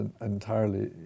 entirely